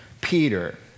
Peter